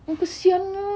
ah kesiannya